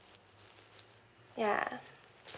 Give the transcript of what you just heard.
yeah